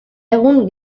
egun